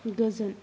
गोजोन